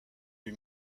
lui